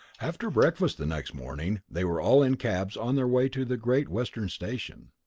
after breakfast the next morning they were all in cabs on their way to the great western station.